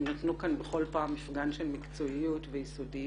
הם נתנו כאן בכל פעם מפגן של מקצועיות ויסודיות.